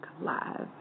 live